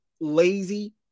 lazy